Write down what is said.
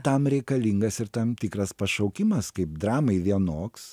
tam reikalingas ir tam tikras pašaukimas kaip dramai vienoks